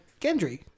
Gendry